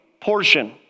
portion